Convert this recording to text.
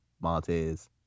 Montez